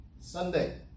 Sunday